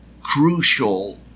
crucial